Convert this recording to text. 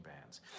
bands